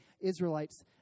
Israelites